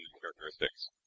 characteristics